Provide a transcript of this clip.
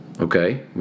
Okay